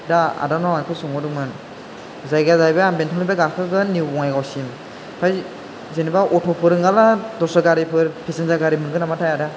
दा आदानाव आं बेखौ सोंहरदोंमोन जायगाया जाहैबाय आं बेंतल निफ्राय गाखोगोन निउ बङायगावसिम ओमफ्राय जेनोबा अथ' फोर दस्रा गारिफोर पेसेन्जार गारिफोर मोनगोन नामथाय आदा